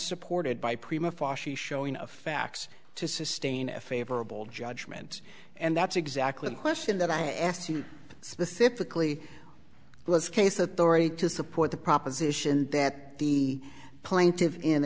supported by prima fascia showing of facts to sustain a favorable judgment and that's exactly the question that i asked you specifically was case authority to support the proposition that the